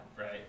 Right